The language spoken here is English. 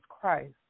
Christ